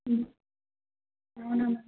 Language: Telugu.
అవునవును